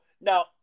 Now